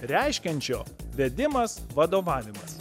reiškiančio vedimas vadovavimas